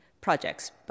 projects